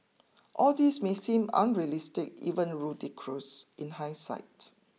all this may seem unrealistic even ludicrous in hindsight